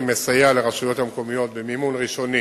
מסייע לרשויות המקומיות במימון ראשוני